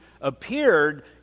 appeared